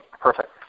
Perfect